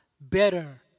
better